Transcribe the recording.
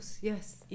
Yes